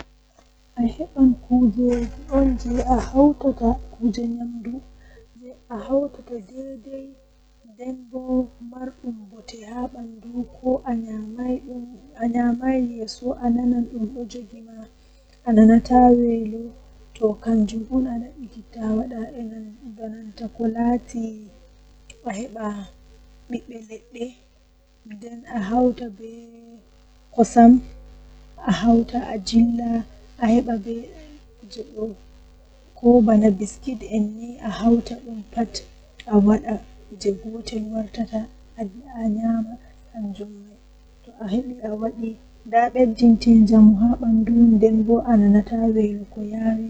Mi settan malla he'a frutji man kala komi mari fuu mi taitan dum nden mi heba unordu mi loppa dum haa nder mi wayla haa koofi am jei miyidi malla taaso tomi wala unordu bo woodi kobe wiyata dum blander mi waila haa nder mi wada blendin maajum mi wayla haa kofi am.